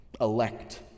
elect